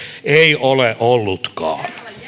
ei ole ollutkaan